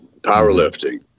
powerlifting